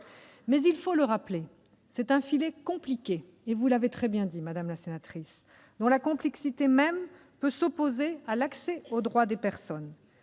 aussi le rappeler, c'est un filet compliqué- comme vous l'avez parfaitement souligné, madame la sénatrice -, dont la complexité même peut s'opposer à l'accès aux droits des personnes.